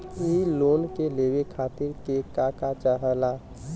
इ लोन के लेवे खातीर के का का चाहा ला?